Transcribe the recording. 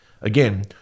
Again